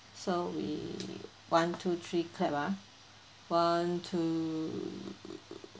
so we one two three clap ah one two